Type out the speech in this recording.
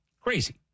Crazy